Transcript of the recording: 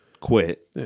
quit